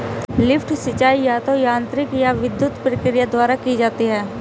lift सिंचाई या तो यांत्रिक या विद्युत प्रक्रिया द्वारा की जाती है